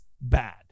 bad